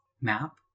map